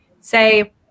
say